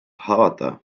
haavata